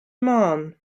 man